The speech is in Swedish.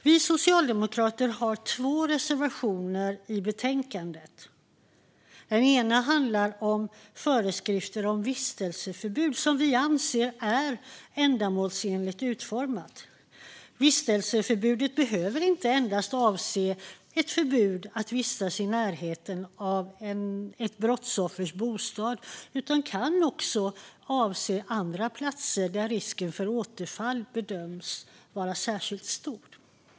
Vi socialdemokrater har två reservationer i betänkandet. Den ena handlar om föreskrifter om ett vistelseförbud som vi anser är ändamålsenligt utformat. Vistelseförbudet behöver inte endast avse ett förbud att vistas i närheten av ett brottsoffers bostad utan kan också avse andra platser där risken för återfall bedöms vara särskilt stor.